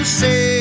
say